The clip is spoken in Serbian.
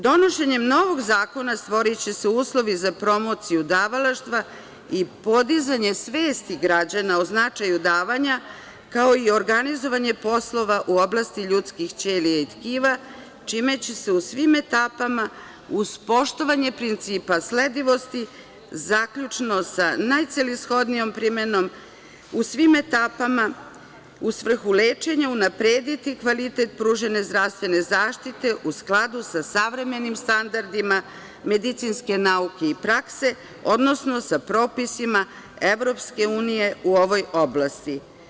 Donošenjem novog zakona stvoriće se uslovi za promociju davalaštva i podizanje svesti građana o značaju davanja, kao i organizovanje poslova u oblasti ljudskih ćelija i tkiva, čime će se u svim etapama, uz poštovanje principa sledivosti, zaključno sa najcelishodnijom primenom u svim etapama, u svrhu lečenja unaprediti kvalitet pružene zdravstvene zaštite u skladu sa savremenim standardima medicinske nauke u prakse, odnosno sa propisima EU u ovoj oblasti.